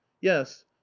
yes